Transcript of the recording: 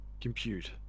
compute